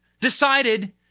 decided